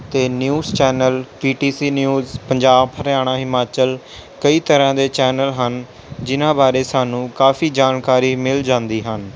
ਅਤੇ news channel PTC news Punjab Haryana Himachal ਕਈ ਤਰ੍ਹਾਂ ਦੇ ਚੈਨਲ ਹਨ ਜਿਨ੍ਹਾਂ ਬਾਰੇ ਸਾਨੂੰ ਕਾਫੀ ਜਾਣਕਾਰੀ ਮਿਲ ਜਾਂਦੀ ਹਨ